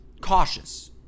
cautious